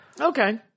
Okay